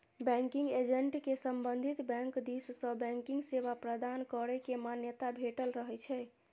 banking agent कें संबंधित bank दिस सं बैंकिंग सेवा प्रदान करै के मान्यता भेटल रहै छै